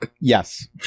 Yes